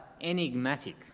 enigmatic